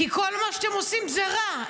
כי כל מה שאתם עושים זה רע.